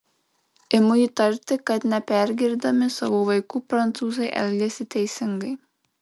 imu įtarti kad nepergirdami savo vaikų prancūzai elgiasi teisingai